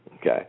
okay